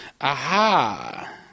aha